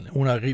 una